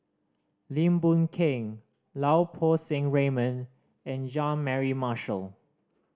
Lim Boon Keng Lau Poo Seng Raymond and Jean Mary Marshall